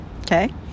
okay